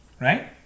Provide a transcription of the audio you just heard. Right